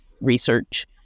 research